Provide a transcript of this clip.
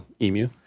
Emu